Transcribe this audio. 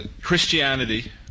Christianity